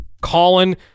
Colin